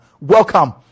Welcome